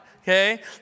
okay